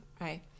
Right